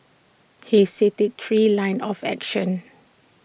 he cited three lines of action